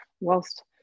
whilst